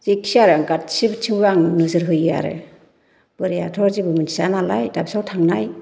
जेखिजाया आरो गासिब बिथिं आं नोजोर होयो आरो बोरायाथ' जेबो मिथिया नालाय दाबसियाव थांनाय